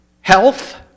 Health